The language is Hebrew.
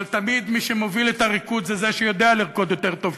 אבל תמיד מי שמוביל את הריקוד זה זה שיודע לרקוד יותר טוב,